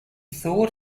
thought